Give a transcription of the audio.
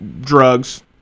drugs